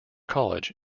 college